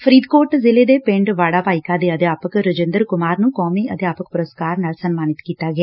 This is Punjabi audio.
ਫਰੀਦਕੋਟ ਜ਼ਿਲੇ ਦੇ ਪਿੰਡ ਵਾੜਾ ਭਾਈਕਾ ਦੇ ਅਧਿਆਪਕ ਰਜਿੰਦਰ ਕੁਮਾਰ ਨੂੰ ਕੌਮੀ ਅਧਿਆਪਕ ਪੁਰਸਕਾਰ ਨਾਲ ਸਨਮਾਨਿਤ ਕੀਤਾ ਗਿਆ